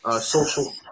social